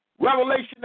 Revelation